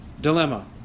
dilemma